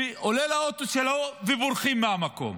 עולה לאוטו שלו, ובורחים מהמקום.